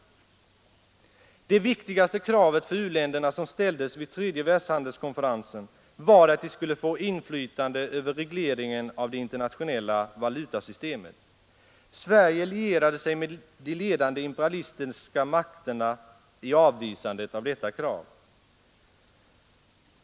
Det viktigaste krav för u-länderna som ställdes vid tredje världshandelskonferensen var att de skulle få inflytande över regleringen av det internationella valutasystemet. Sverige lierade sig med de ledande imperialistiska makterna i avvisandet av detta krav.